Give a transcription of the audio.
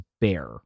bear